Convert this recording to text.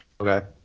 Okay